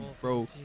bro